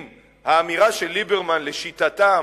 אם האמירה של ליברמן, לשיטתם,